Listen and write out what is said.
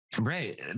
Right